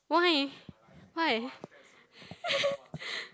why why